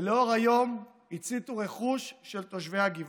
ולאור היום הציתו רכוש של תושבי הגבעה.